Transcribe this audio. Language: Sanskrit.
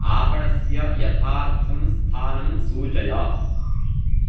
आपणस्य यथार्थं स्थानं सूचय